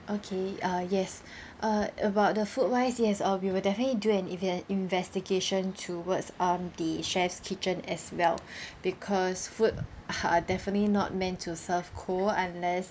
okay uh yes uh about the food wise yes uh we will definitely do an invest~ investigation towards um the chef's kitchen as well because food uh are definitely not meant to serve cold unless